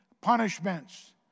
punishments